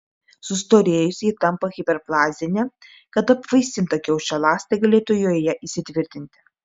sustorėjusi ji tampa hiperplazinė kad apvaisinta kiaušialąstė galėtų joje įsitvirtinti